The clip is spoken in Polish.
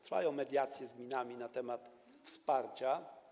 Trwają mediacje z gminami na temat wsparcia.